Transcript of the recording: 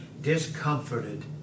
discomforted